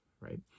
right